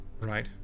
Right